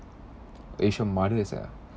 asian mothers ah